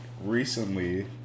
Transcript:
recently